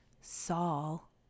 saul